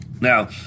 Now